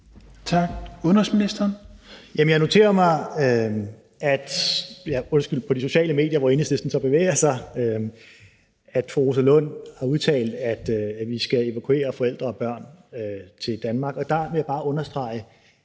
21:55 Udenrigsministeren (Jeppe Kofod): Jeg noterede mig på de sociale medier, hvor Enhedslisten så bevæger sig, at fru Rosa Lund har udtalt, at vi skal evakuere forældre og børn til Danmark, og der vil jeg bare understrege,